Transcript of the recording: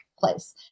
place